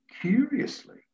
Curiously